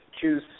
choose